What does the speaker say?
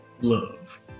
love